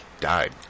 died